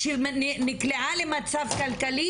שנקלעה למצב כלכלי,